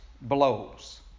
blows